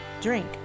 drink